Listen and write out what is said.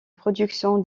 production